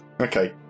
Okay